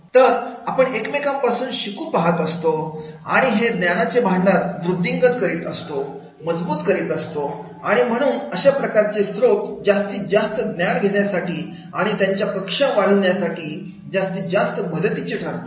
तर आपण एकमेकांपासून शिकू पाहत असतो आणि हे ज्ञानाचे भांडार वृद्धिंगत करीत असतो मजबूत करीत असतो आणि म्हणून अशा प्रकारचे स्त्रोत जास्तीत जास्त ज्ञान घेण्यासाठी आणि त्याच्या कक्षा वाढवण्यासाठी जास्तीत जास्त मदतीचे ठरतात